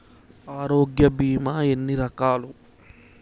ఆరోగ్య బీమా ఎన్ని రకాలు?